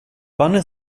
bunny